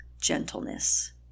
gentleness